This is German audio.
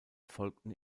folgten